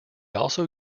also